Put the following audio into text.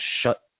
shut